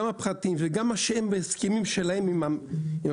גם הפחתים וגם מה שהן בהסכמים שלהן עם המגדלים,